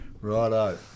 Righto